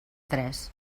tres